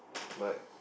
but